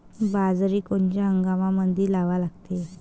बाजरी कोनच्या हंगामामंदी लावा लागते?